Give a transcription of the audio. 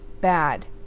bad